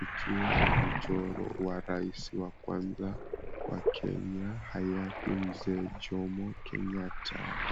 Ikiwa na mchoro wa rais wa kwanza wa kenya, hayati Mzee Jomo Kenyatta.